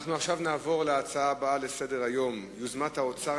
נעבור להצעות הבאות לסדר-היום: יוזמת האוצר